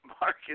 Mark